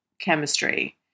chemistry